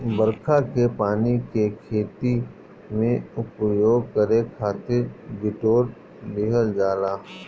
बरखा के पानी के खेती में उपयोग करे खातिर बिटोर लिहल जाला